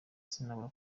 sinabura